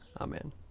Amen